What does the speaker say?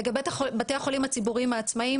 לגבי בתי החולים הציבוריים העצמאיים,